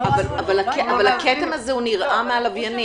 אבל הכתם הזה נראה מהלוויינים.